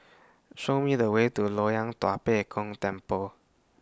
Show Me The Way to Loyang Tua Pek Kong Temple